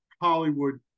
Hollywood